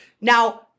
Now